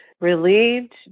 relieved